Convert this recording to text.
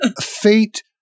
Fate